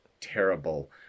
terrible